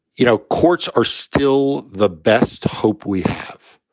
you know, courts are still the best hope we have